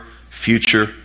future